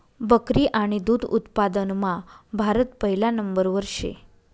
बकरी आणि दुध उत्पादनमा भारत पहिला नंबरवर शे